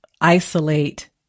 isolate